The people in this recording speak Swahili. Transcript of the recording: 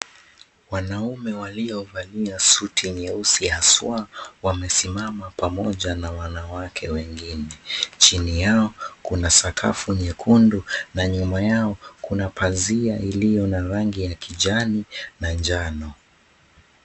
Wanaume walio valia suti nyeusi haswa wamesimama pamoja na wanawake wengine. Chini yao kuna sakafu nyekundu na nyuma yao kuna pazia iliyo na rangi ya kijani na njano.